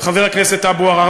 חבר הכנסת אבו עראר,